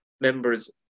members